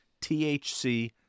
THC